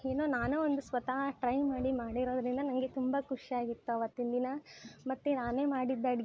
ಏನೋ ನಾನು ಒಂದು ಸ್ವತಃ ಟ್ರೈ ಮಾಡಿ ಮಾಡಿರೋದರಿಂದ ನನಗೆ ತುಂಬ ಖುಷಿಯಾಗಿತ್ತು ಆವತ್ತಿನ ದಿನ ಮತ್ತು ನಾನೇ ಮಾಡಿದ ಅಡ್ಗೇನ